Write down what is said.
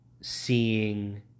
seeing